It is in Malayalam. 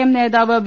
എം നേതാവ് വി